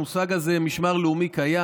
המושג הזה "משמר לאומי" קיים,